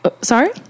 Sorry